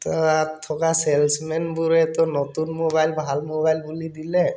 তাত থকা চেলছ্মেনবোৰেতো নতুন মোবাইল ভাল মোবাইল বুলি দিলে